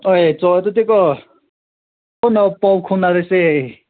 ꯍꯣꯏ ꯆꯣ ꯑꯗꯨꯗꯤꯀꯣ ꯀꯣꯟꯅ ꯄꯥꯎ ꯐꯥꯎꯅꯔꯁꯦ